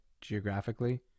geographically